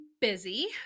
busy